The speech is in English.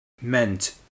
meant